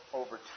over